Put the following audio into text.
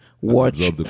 watch